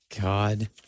God